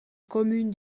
commune